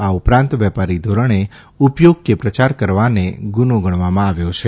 આ ઉપરાંત વેપારી ધોરણે ઉપયોગ કે પ્રયાર કરવાને ગુનો ગણવામાં આવ્યો છે